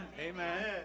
Amen